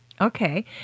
Okay